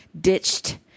ditched